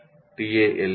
Iisctagmail